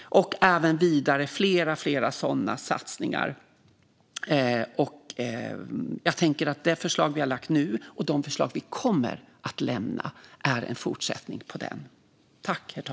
Vi har även vidare flera sådana satsningar. Jag tänker att de förslag vi har lagt fram nu och de förslag vi kommer att lämna är en fortsättning på detta.